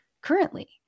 currently